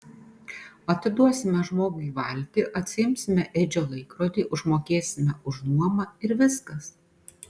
atiduosime žmogui valtį atsiimsime edžio laikrodį užmokėsime už nuomą ir viskas